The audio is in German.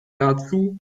dazu